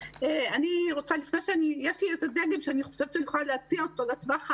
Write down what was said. יש לי איזה דגם שאני חושבת שאני יכולה להציע אותו לטווח הארוך,